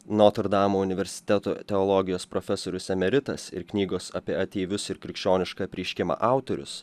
notrdamo universiteto teologijos profesorius emeritas ir knygos apie ateivius ir krikščionišką apreiškimą autorius